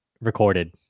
recorded